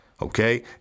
Okay